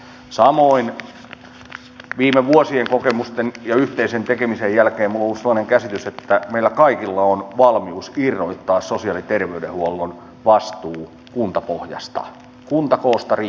samoin viime vuosien kokemusten ja yhteisen tekemisen jälkeen minulla on ollut sellainen käsitys että meillä kaikilla on valmius irrottaa sosiaali ja terveydenhuollon vastuu kuntapohjasta kuntakoosta riippumatta